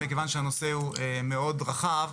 מכיוון שהנושא הוא מאוד רחב,